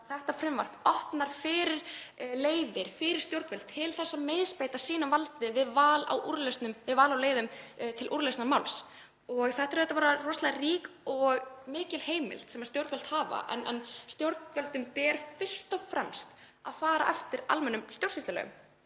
þetta frumvarp opnar leiðir fyrir stjórnvöld til að misbeita sínu valdi við val á leiðum til úrlausnar máls. Þetta er bara rosalega rík og mikil heimild sem stjórnvöld hafa. En stjórnvöldum ber fyrst og fremst að fara eftir almennum stjórnsýslulögum